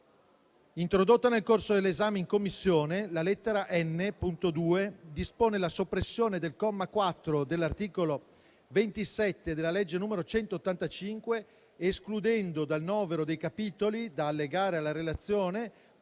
Introdotta nel corso dell'esame in Commissione, la lettera *n)*, secondo punto, dispone la soppressione del comma 4 dell'articolo 27 della legge n. 185, escludendo dal novero dei capitoli da allegare alla relazione,